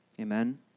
Amen